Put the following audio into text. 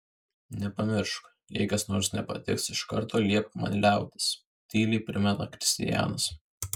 nepamiršk jei kas nors nepatiks iš karto liepk man liautis tyliai primena kristianas